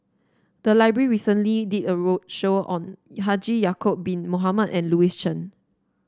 the library recently did a roadshow on Haji Ya'acob Bin Mohamed and Louis Chen